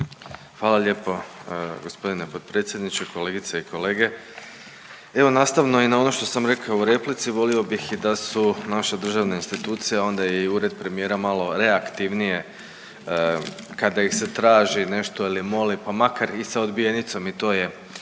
Hvala lijepo g. potpredsjedniče. Kolegice i kolege. Evo nastavno i na ono što sam rekla i u replici volio bih i da su naše državne institucije, a onda i Ured premijera malo reaktivnije kada ih se traži nešto ili moli pa makar i sa odbijenicom i to je